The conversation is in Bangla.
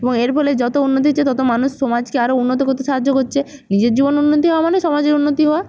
এবং এর ফলে যত উন্নতি হচ্ছে তত মানুষ সমাজকে আরো উন্নত করতে সাহায্য করছে নিজের জীবন উন্নত হওয়া মানে সমাজের উন্নতি হওয়া